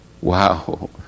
Wow